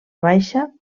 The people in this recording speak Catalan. baixa